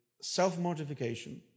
self-mortification